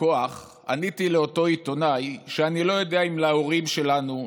כוח עניתי לאותו עיתונאי שאני לא יודע אם להורים שלנו,